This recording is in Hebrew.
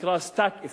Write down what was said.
שנקרא Stack effect,